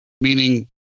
meaning